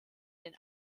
den